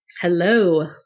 Hello